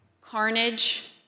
carnage